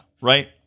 right